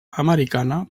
americana